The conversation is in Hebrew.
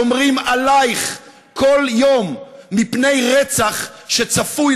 שומרים עלייך כל יום מפני רצח שצפוי